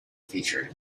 featured